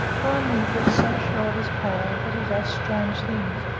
finally he gets so sure of his power that he does strange things.